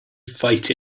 fight